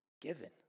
given